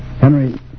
Henry